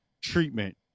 treatment